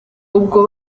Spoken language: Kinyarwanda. ubwo